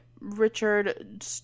Richard